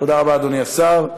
תודה רבה, אדוני השר.